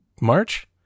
March